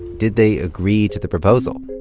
did they agree to the proposal?